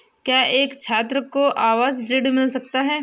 क्या एक छात्र को आवास ऋण मिल सकता है?